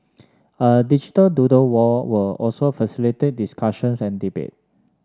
a digital doodle wall will also facilitate discussions and debate